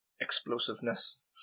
explosiveness